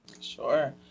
Sure